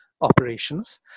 operations